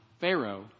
Pharaoh